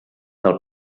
del